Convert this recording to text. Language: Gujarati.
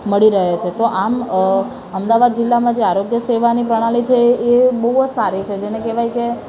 મળી રહે છે તો આમ અમદાવાદ જિલ્લામાં જે આરોગ્ય સેવાની પ્રણાલી છે એ બહુ જ સારી છે જેને કહેવાય કે